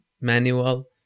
manual